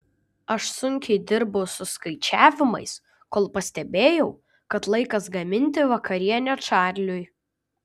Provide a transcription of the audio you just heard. aš sunkiai dirbau su skaičiavimais kol pastebėjau kad laikas gaminti vakarienę čarliui